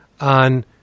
on